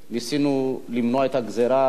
ניסינו למנוע את הגזירה.